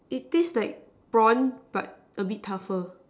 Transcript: it taste like prawn but a bit tougher